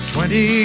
Twenty